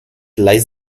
lies